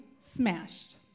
smashed